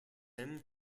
him